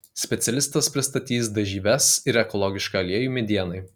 specialistas pristatys dažyves ir ekologišką aliejų medienai